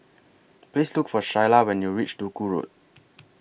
Please Look For Shyla when YOU REACH Duku Road